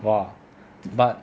!wah! but